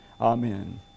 Amen